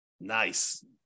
Nice